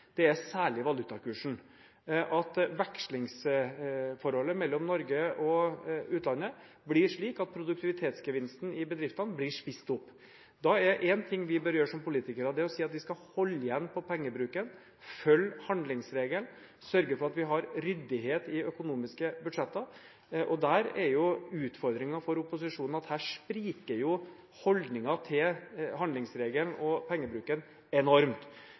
er særlig valutakursen, at vekslingsforholdet mellom Norge og utlandet blir slik at produktivitetsgevinsten i bedriftene blir spist opp. Én ting vi som politikere bør gjøre, er å si at vi skal holde igjen på pengebruken, følge handlingsregelen og sørge for at vi har ryddighet i økonomiske budsjetter. Utfordringen for opposisjonen er at her spriker jo holdningen til handlingsregelen og pengebruken enormt.